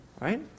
Right